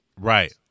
Right